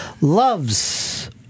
loves